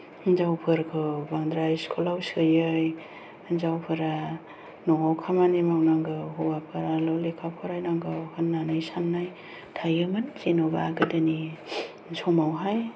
हिनजावफोरखौ बांद्राय स्कुलाव सोयै हिनजावफोरा न'आव खामानि मावनांगौ हौवाफोराल' लेखा फरायनांगौ होननानै साननाय थायोमोन जेनबा गोदोनि समावहाय